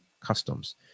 customs